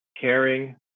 caring